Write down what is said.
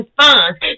funds